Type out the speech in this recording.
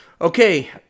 Okay